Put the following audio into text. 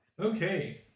Okay